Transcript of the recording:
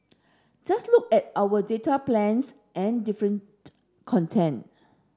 just look at our data plans and different content